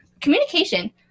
communication